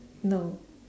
no